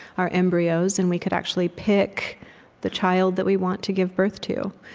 our embryos, and we could actually pick the child that we want to give birth to.